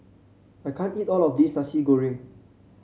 I can't eat all of this Nasi Goreng